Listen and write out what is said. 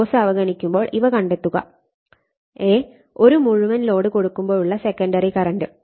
loss അവഗണിക്കുമ്പോൾ ഇവ കണ്ടെത്തുക ഒരു മുഴുവൻ ലോഡ് കൊടുക്കുമ്പോഴുള്ള സെക്കൻഡറി കറന്റ്